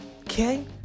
Okay